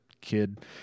kid